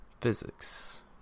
physics